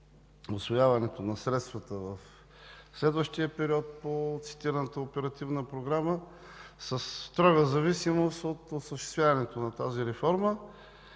усвояването на средствата за следващия период по цитираната оперативна програма са в строга зависимост от осъществяването на реформата.